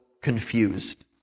Confused